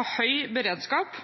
har høy beredskap